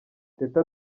teta